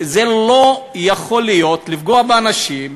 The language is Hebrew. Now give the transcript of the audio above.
זה לא יכול להיות, לפגוע באנשים,